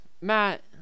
Matt